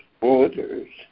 orders